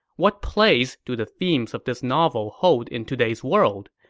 what place do the themes of this novel hold in today's world?